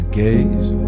gaze